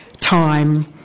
time